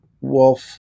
Wolf